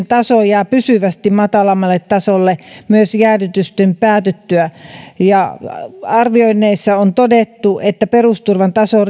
taso jää pysyvästi matalammalle tasolle myös jäädytysten päätyttyä arvioinneissa on todettu että perusturvan taso